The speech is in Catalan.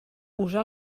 usar